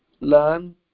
learn